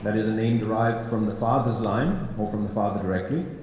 and is a name derived from the father's line or from the father directly.